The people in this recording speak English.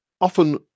often